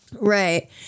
Right